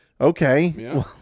Okay